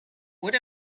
would